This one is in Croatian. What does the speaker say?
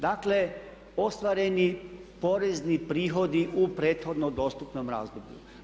Dakle ostvareni porezni prihodi u prethodno dostupnom razdoblju.